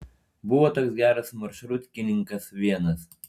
buvo toks geras maršrutkininkas vienas